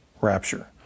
rapture